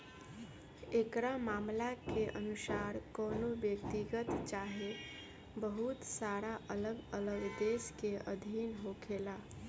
एकरा मामला के अनुसार कवनो व्यक्तिगत चाहे बहुत सारा अलग अलग देश के अधीन होखेला